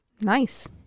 Nice